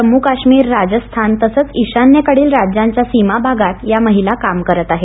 जम्मू काश्मीर राजस्थान तसंच ईशान्येकडील राज्यांच्या सीमाभागात या महिला काम करत आहेत